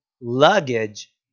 luggage